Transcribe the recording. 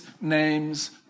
names